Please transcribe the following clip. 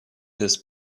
his